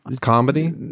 Comedy